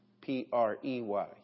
P-R-E-Y